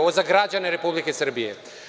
Ovo je za građane Republike Srbije.